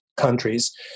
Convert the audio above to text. countries